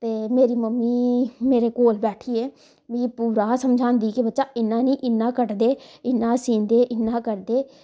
ते मेरी मम्मी मेरे कोला बैठियै मिगी पूरा समझांदी कि बच्चा इयां नी इयां कट्टदे इयां सींदे इयां करदे